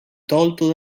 tolto